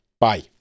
Bye